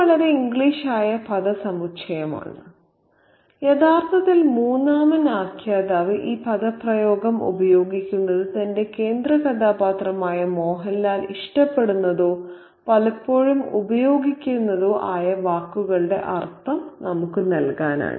ഇത് വളരെ ഇംഗ്ലീഷ് ആയ പദസമുച്ചയമാണ് യഥാർത്ഥത്തിൽ മൂന്നാമൻ ആഖ്യാതാവ് ആ പദപ്രയോഗം ഉപയോഗിക്കുന്നത് തന്റെ കേന്ദ്രകഥാപാത്രമായ മോഹൻലാൽ ഇഷ്ടപ്പെടുന്നതോ പലപ്പോഴും ഉപയോഗിക്കുന്നതോ ആയ വാക്കുകളുടെ അർത്ഥം നമുക്ക് നൽകാനാണ്